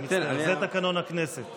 אני מצטער, זה תקנון הכנסת.